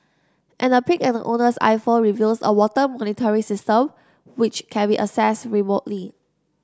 and a peek at the owner's iPhone reveals a water monitoring system which can be accessed remotely